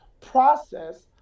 process